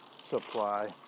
supply